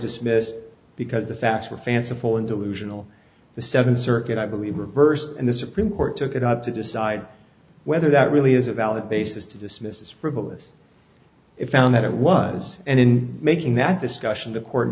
dismissed because the facts were fanciful and delusional the seventh circuit i believe reversed and the supreme court took it up to decide whether that really is a valid basis to dismiss is frivolous it found that it was and in making that discussion the court